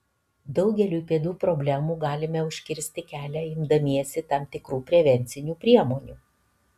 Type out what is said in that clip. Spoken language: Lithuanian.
daugeliui pėdų problemų galime užkirsti kelią imdamiesi tam tikrų prevencinių priemonių